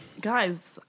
guys